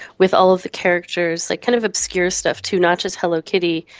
with all of the characters, like kind of obscure stuff too, not just hello kitty,